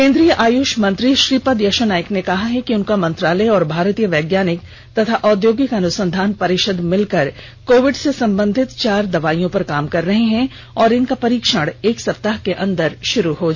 केन्द्रीय आयुष मंत्री श्रीपद यशो नाईक ने कहा है कि उनका मंत्रालय और भारतीय वैज्ञानिक और औद्योगिक अनुसंधान परिषद मिलकर कोविड से संबंधित चार दवाईयों पर काम कर रहे हैं और इनका परीक्षण एक सप्ताह के अंदर शुरू हो जायेगा